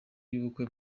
y’ubukwe